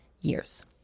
years